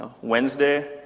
Wednesday